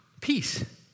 peace